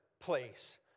place